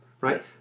right